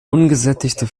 ungesättigte